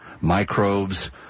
microbes